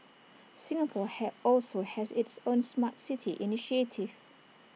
Singapore have also has its own Smart City initiative